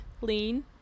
lean